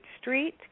Street